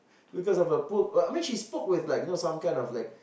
because of her poor but I mean she spoke with like you know some kind of like